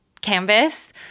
canvas